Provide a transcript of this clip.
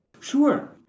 Sure